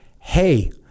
hey